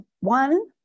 one